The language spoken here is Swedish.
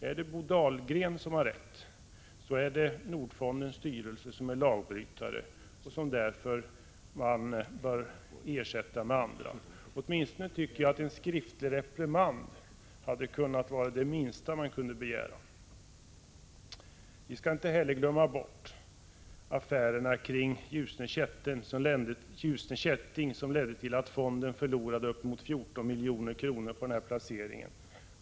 Är det Bo Dahlgren som har rätt, då är det Nordfondens styrelse som är lagbrytare och som man därför bör ersätta med andra. Åtminstone tycker jag att en skriftlig reprimand hade varit det minsta man kunde begära. Vi skall inte heller glömma bort affärerna kring Ljusne Kätting, som ledde till att fonden förlorade uppemot 14 miljoner på sin placering.